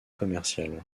commercial